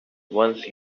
once